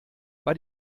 war